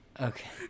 Okay